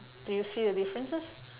do you see the differences